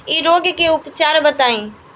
इ रोग के उपचार बताई?